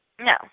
No